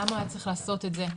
למה הוא היה צריך לעשות את זה,